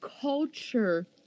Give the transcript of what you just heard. culture